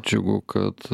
džiugu kad